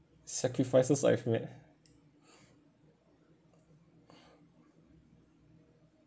sacrifices I've made